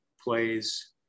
plays